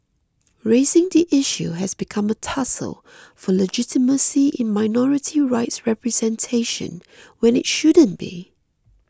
raising the issue has become a tussle for legitimacy in minority rights representation when it shouldn't be